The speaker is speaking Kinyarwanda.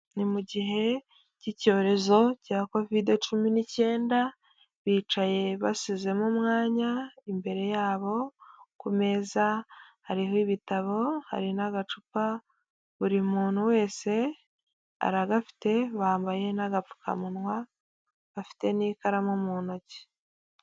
Ni mu gihe cy'icyorezo cya Kovide cumi n'icyenda, bicaye basizemo umwanya, imbere yabo ku meza hariho ibitabo, hari n'agacupa buri muntu wese aragafite, bambaye n'agapfukamunwa bafite n'ikaramu mu ntoki.